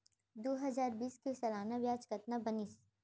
दू हजार बीस के सालाना ब्याज कतना बनिस?